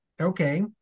Okay